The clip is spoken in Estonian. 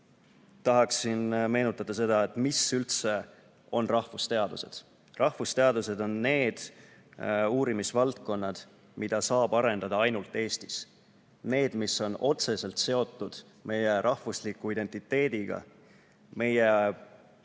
tahan meenutada seda, mis üldse on rahvusteadused. Rahvusteadused on need uurimisvaldkonnad, mida saab arendada ainult Eestis. Need on otseselt seotud meie rahvusliku identiteediga, meie